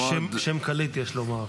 התשס"א 2000) (הוראת שעה),